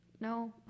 no